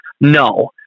no